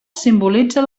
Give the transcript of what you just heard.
simbolitza